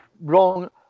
wrong